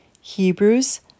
Hebrews